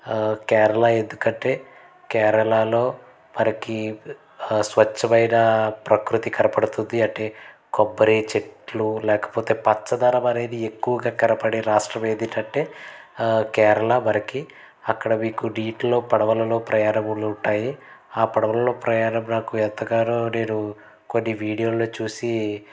కేరళ ఎందుకంటే కేరళలో మనకీ స్వచ్ఛమైన ప్రకృతి కనపడుతుంది అంటే కొబ్బరి చెట్లు లేకపోతే పచ్చదనం అనేది ఎక్కువగా కనపడే రాష్ట్రం ఏది అని అంటే కేరళ మనకి అక్కడ మీకు నీటిలో పడవలలో ప్రయాణాలు ఉంటాయి ఆ పడవలలో ప్రయాణం నాకు ఎంతగానో నేను కొన్ని వీడియోల్లో చూసి